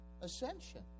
ascension